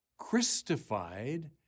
Christified